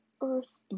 Earth